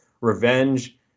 revenge